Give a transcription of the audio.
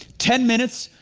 ten minutes,